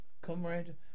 Comrade